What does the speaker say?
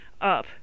up